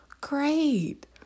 great